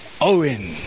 Owen